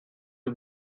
you